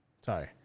Sorry